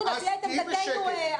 מטרת הדיון היא שגם אנחנו נביע את עמדתנו,